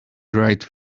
right